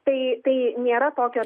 tai tai nėra tokio